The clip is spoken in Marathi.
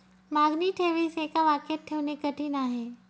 मागणी ठेवीस एका वाक्यात ठेवणे कठीण आहे